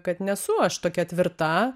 kad nesu aš tokia tvirta